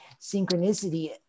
synchronicity